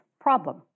problem